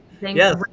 yes